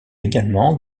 également